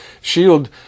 shield